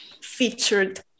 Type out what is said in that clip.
featured